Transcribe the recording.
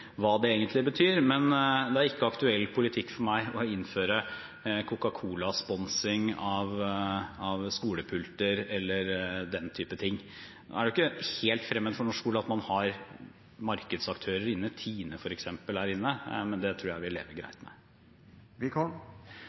egentlig betyr. Men det er ikke aktuell politikk for meg å innføre Coca Cola-sponsing av skolepulter eller den type ting. Nå er det ikke helt fremmed for norsk skole at man har markedsaktører inne – Tine f.eks. – men det tror jeg vi lever greit med.